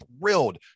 thrilled